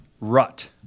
Rut